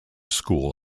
school